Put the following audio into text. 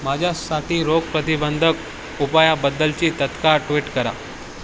माझ्यासाठी रोगप्रतिबंधक उपायाबद्दलची तात्काळ ट्विट करा